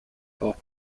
auch